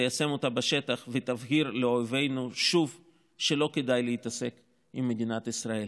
תיישם אותה בשטח ותבהיר לאויבינו שוב שלא כדאי להתעסק עם מדינת ישראל.